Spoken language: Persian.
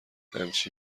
همچی